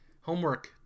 Homework